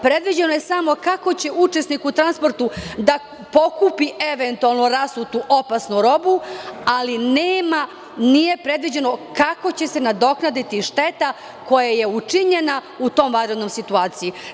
Predviđeno je samo kako će učesnik u transportu da pokupi eventualno rasutu opasnu robu, ali nije predviđeno kako će se nadoknaditi šteta koja je učinjena u toj vanrednoj situaciji.